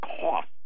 cost